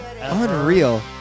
Unreal